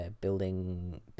building